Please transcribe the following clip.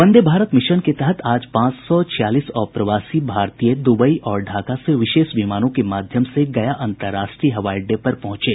वंदे Bharat mission के तहत आज पांच सौ छियालीस अप्रवासी भारतीय द्वबई और ढाका से विशेष विमानों के माध्यम से गया अंतर्राष्ट्रीय हवाई अड्डे पर पहुंचे